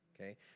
Okay